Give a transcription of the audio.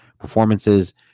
performances